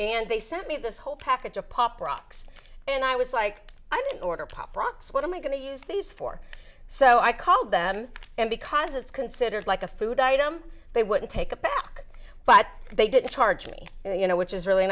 and they sent me this whole package of pop rocks and i was like i didn't order pop rocks what am i going to use these for so i called them and because it's considered like a food item they wouldn't take it back but they didn't charge me you know which is really